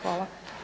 Hvala.